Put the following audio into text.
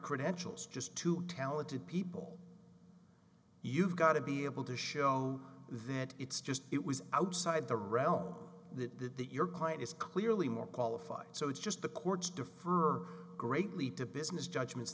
credentials just two talented people you've got to be able to show that it's just it was outside the realm that your client is clearly more qualified so it's just the courts defer greatly to business judgments